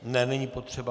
Ne, není potřeba.